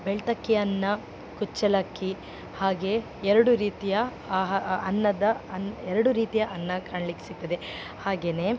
ಬೆಳ್ತಕ್ಕಿ ಅನ್ನ ಕುಚ್ಚಲಕ್ಕಿ ಹಾಗೇ ಎರಡು ರೀತಿಯ ಆಹಾ ಅನ್ನದ ಅನ್ನ ಎರಡು ರೀತಿಯ ಅನ್ನ ಕಾಣ್ಲಿಕ್ಕೆ ಸಿಕ್ತದೆ ಹಾಗೆನೆ